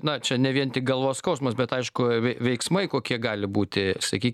na čia ne vien tik galvos skausmas bet aišku veiksmai kokie gali būti sakykit